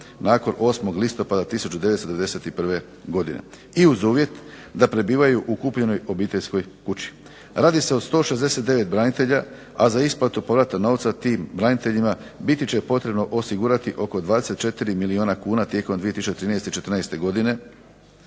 nakon 8. listopada 1991. godine i uz uvjet da prebivaju u kupljenom obiteljskoj kući. Radi se o 169 branitelja, a za isplatu povrata novca tim braniteljima biti će potrebno osigurati oko 24 milijuna kuna tijekom 2013. i 2014. godine.